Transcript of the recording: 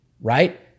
right